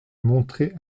montrait